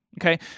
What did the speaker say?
Okay